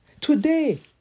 Today